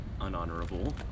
unhonorable